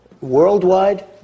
worldwide